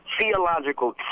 theological